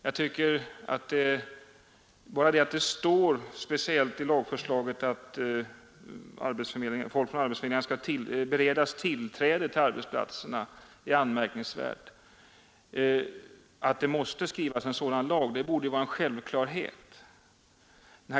Bara detta att det i lagförslaget behöver sägas att folk från arbetsförmedlingarna skall beredas tillträde till arbetsplatserna är anmärkningsvärt. Det borde vara en självklarhet.